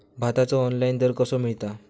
भाताचो ऑनलाइन दर कसो मिळात?